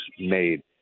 made